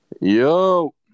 Yo